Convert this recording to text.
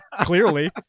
clearly